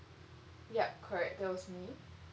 yup correct that was me